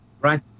Right